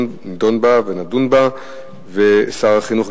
שר החינוך,